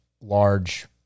large